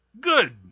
good